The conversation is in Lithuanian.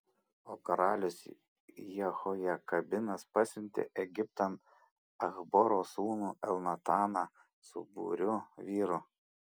o karalius jehojakimas pasiuntė egiptan achboro sūnų elnataną su būriu vyrų